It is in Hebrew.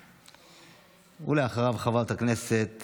ואחריו, חברת הכנסת